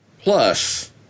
Plus